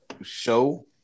show